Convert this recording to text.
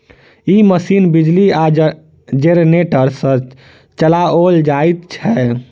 ई machine बिजली आ generator सॅ चलाओल जाइत छै